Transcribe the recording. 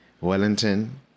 Wellington